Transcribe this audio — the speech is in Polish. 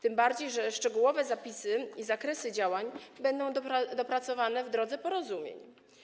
Tym bardziej że szczegółowe zapisy i zakresy działań będą dopracowane w drodze porozumień.